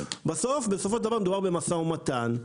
בסופו של דבר מדובר במשא ומתן.